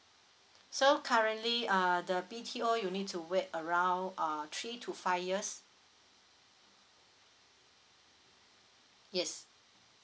so currently uh the B_T_O you need to wait around err three to five years yes